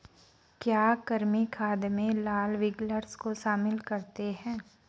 क्या कृमि खाद में लाल विग्लर्स को शामिल करते हैं?